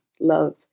love